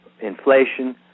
inflation